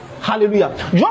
Hallelujah